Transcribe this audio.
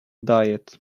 diet